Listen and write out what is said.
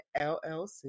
LLC